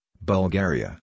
Bulgaria